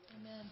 Amen